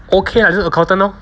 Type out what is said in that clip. okay lah 就是 accountant lor